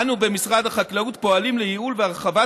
אנו במשרד החקלאות פועלים לייעול והרחבת